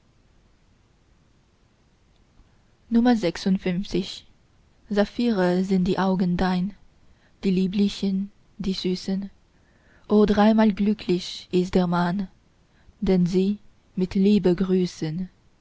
saphire sind die augen dein die lieblichen die süßen o dreimal glücklich ist der mann den sie mit liebe grüßen